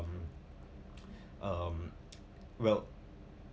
um um well